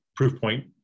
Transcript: ProofPoint